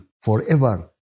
forever